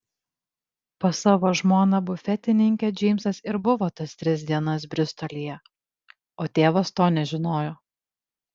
pas savo žmoną bufetininkę džeimsas ir buvo tas tris dienas bristolyje o tėvas to nežinojo